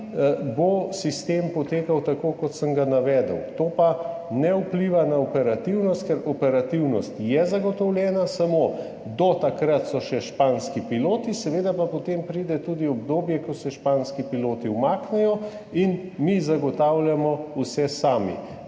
bo sistem potekal tako, kot sem navedel. To pa ne vpliva na operativnost, ker je operativnost zagotovljena, ampak so do takrat še španski piloti, seveda pa potem pride tudi obdobje, ko se španski piloti umaknejo in mi zagotavljamo vse sami.